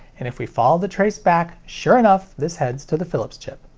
and if we follow the trace back, sure enough this heads to the philips chip.